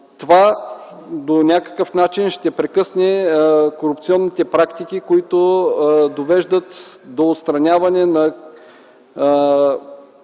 Това по някакъв начин ще прекъсне корупционните практики, които довеждат до отстраняване на